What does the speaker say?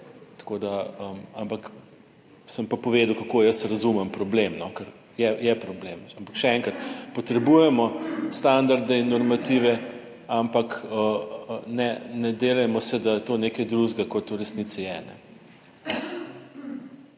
Tako da, ampak sem pa povedal, kako jaz razumem problem, no, ker je problem. Ampak še enkrat, potrebujemo standarde in normative, ampak ne delajmo se, da je to nekaj drugega kot v resnici je,